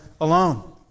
alone